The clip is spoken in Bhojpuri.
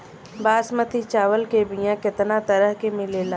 बासमती चावल के बीया केतना तरह के मिलेला?